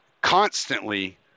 constantly